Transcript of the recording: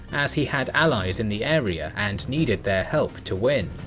as he had allies in the area and needed their help to win.